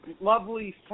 lovely